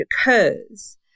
occurs